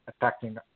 attacking